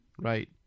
right